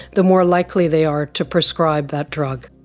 the more likely they are to prescribe that drug.